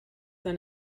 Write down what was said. than